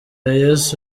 yesu